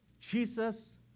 Jesus